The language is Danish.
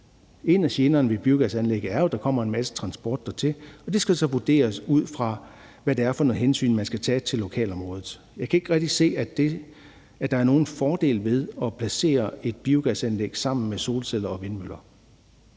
En af generne ved biogasanlæg er jo, at der kommer en masse transport dertil, og det skal så vurderes ud fra, hvad det er for nogle hensyn, man skal tage til lokalområdet. Jeg kan ikke rigtig se, at der er nogen fordele ved at placere et biogasanlæg sammen med solceller og vindmøller.